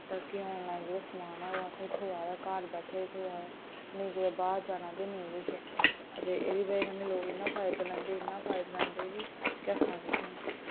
ताकि आनलाइन जेह्ड़ा समान ऐ ओह् असें थ्होआ दा घर बैठे थ्होआ दा निं कुतै बाह्र जाना ते नेईं किश ते एह्दी बजह कन्नै लोक इन्ना फायदा लैंदे इन्ना फायदा लैंदे कि के आक्खां तुसें